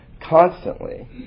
constantly